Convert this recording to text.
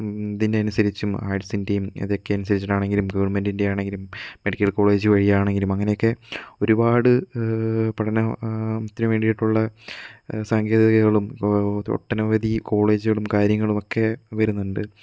ഇതിന്റെ അനുസരിച്ചും ആര്ടിസിന്റെയും ഇതൊക്കെയനുസകരിച്ചിട്ടണെങ്കിലും ഗവണ്മെന്റിന്റെ ആണെങ്കിലും മെഡിക്കല് കോളേജുവഴിയാണെങ്കിലും അങ്ങനെയൊക്കെ ഒരുപാട് പഠന ത്തിനുവേണ്ടിയിട്ടുള്ള സാങ്കേതികകളും ഒട്ടനവധി കോളേജുകളും കാര്യങ്ങളുമൊക്കെ വരുന്നുണ്ട്